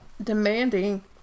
demanding